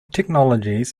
technologies